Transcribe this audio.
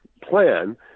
plan